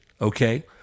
Okay